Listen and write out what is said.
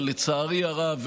אבל לצערי הרב,